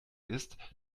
ist